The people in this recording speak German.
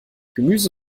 gemüse